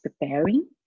preparing